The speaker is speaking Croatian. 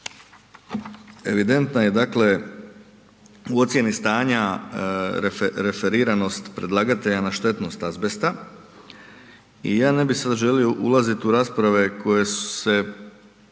evidentno je dakle u ocjeni stanja referiranost predlagatelja na štetnost azbesta i ja ne bi sad želio ulazit u rasprave koje se